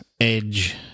Edge